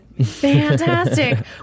Fantastic